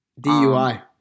DUI